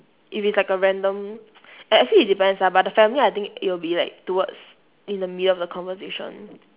if it's like a random a~ actually it depends ah but the family I think it'll be like towards in the middle of the conversation